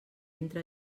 entra